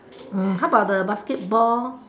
mm how about the basketball